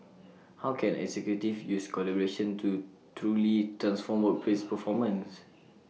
how can executives use collaboration tools to truly transform workplace performance